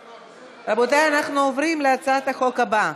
רבותיי, אנחנו עוברים להצעת החוק הבאה,